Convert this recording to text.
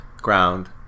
ground